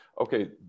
okay